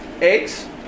Eggs